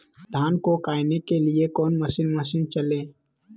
धन को कायने के लिए कौन मसीन मशीन चले?